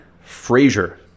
Frazier